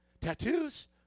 tattoos